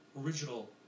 original